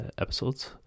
episodes